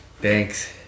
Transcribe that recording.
Thanks